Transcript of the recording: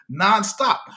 nonstop